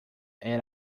era